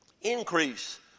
increase